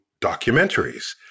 documentaries